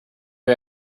you